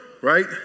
right